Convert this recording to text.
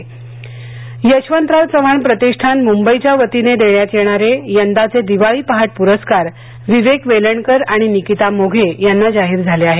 दिवाळी पहाट प्रस्कार यशवंतराव चव्हाण प्रतिष्ठान मुंबईच्या वतीने देण्यात येणारे यंदाचे दिवाळी पहाट प्रस्कार विवेक वेलणकर आणि निकिता मोघे यांना जाहीर झाले आहेत